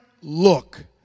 look